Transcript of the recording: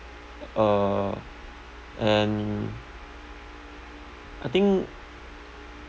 uh and I think